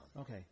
Okay